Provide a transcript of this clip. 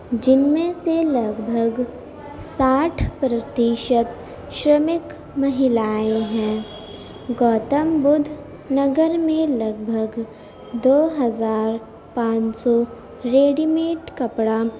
جن میں سے لگ بھگ ساٹھ پرتیشت شومیک مہیلایں ہیں گوتم بدھ نگر میں لگ بھگ دو ہزار پانچ سو ریڈیمیڈ کپڑا